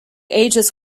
ages